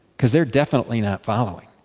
because they are definitely not following.